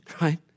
Right